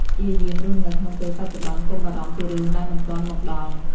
ព្យាយាមរស់នៅក្នុងពេលបច្ចុប្បន្ន កុំបារម្ភពីរឿងដែលមិនទាន់មកដល់។